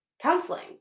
counseling